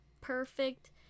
perfect